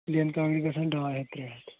پٕلین کامہِ گژھن ڈاے ہَتھ ترٛےٚ ہَتھ